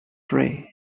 prey